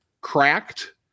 Cracked